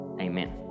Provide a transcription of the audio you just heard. Amen